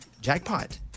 jackpot